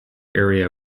area